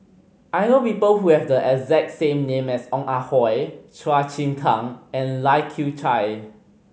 I know people who have the exact name as Ong Ah Hoi Chua Chim Kang and Lai Kew Chai